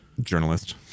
Journalist